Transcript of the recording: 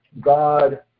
God